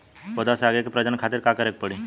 पौधा से आगे के प्रजनन खातिर का करे के पड़ी?